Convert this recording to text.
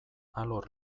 alor